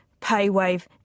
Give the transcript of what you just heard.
PayWave